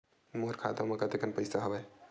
मोर खाता म कतेकन पईसा हवय?